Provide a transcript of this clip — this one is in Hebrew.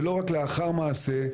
ולא רק לאחר מעשה,